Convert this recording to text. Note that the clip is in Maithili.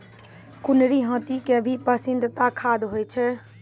कुनरी हाथी के भी पसंदीदा खाद्य होय छै